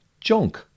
junk